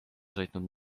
sõitnud